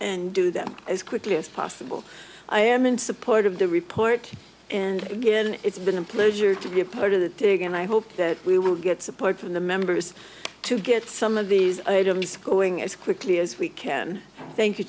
and do them as quickly as possible i am in support of the report and again it's been a pleasure to be a part of the big and i hope that we will get support from the members to get some of these items going as quickly as we can thank